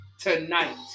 tonight